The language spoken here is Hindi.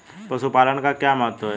पशुपालन का क्या महत्व है?